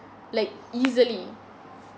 like easily